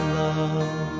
love